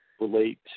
relate